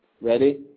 ready